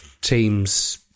teams